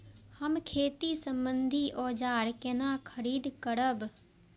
हम खेती सम्बन्धी औजार केना खरीद करब?